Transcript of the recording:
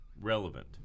relevant